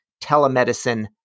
telemedicine